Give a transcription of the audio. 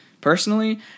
Personally